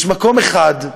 יש מקום אחד,